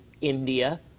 India